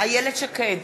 איילת שקד,